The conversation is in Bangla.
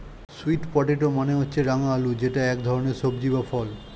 সুয়ীট্ পটেটো মানে হচ্ছে রাঙা আলু যেটা এক ধরনের সবজি বা ফল